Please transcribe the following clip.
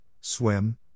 swim